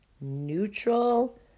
Neutral